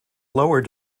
lower